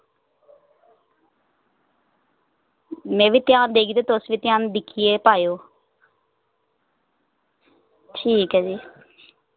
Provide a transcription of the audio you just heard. में बी ध्यान देगी ते तुस बी ध्यान दिक्खयै पाएओ ठीक ऐ जी